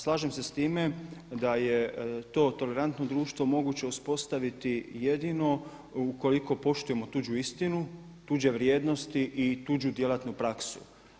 Slažem se s time da je to tolerantno društvo moguće uspostaviti jedino ukoliko poštujemo tuđu istinu, tuđe vrijednosti i tuđu djelatnu praksu.